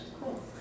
cool